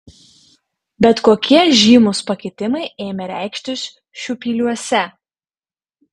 bet kokie žymūs pakitimai ėmė reikštis šiupyliuose